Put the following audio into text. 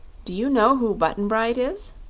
do you know who button-bright is?